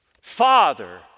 Father